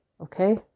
okay